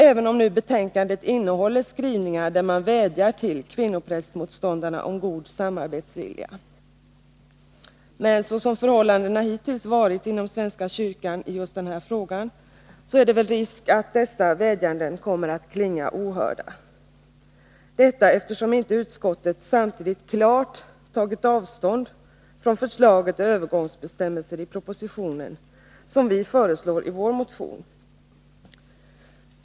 Betänkandet innehåller visserligen också skrivningar där man vädjar till kvinnoprästmotståndarna om god samarbetsvilja, men såsom förhållandena hittills har varit inom svenska kyrkan i just den här frågan är det väl risk att dessa vädjanden kommer att förklinga ohörda, eftersom inte utskottet samtidigt klart tagit avstånd från förslaget till övergångsbestämmelser i propositionen, vilket vi föreslår i vår motion.